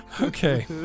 Okay